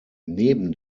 neben